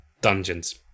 dungeons